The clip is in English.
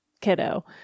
kiddo